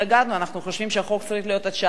אנחנו חושבים שהחוק צריך להיות עד שעה 16:00,